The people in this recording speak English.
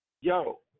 yo